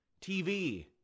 TV